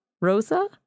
rosa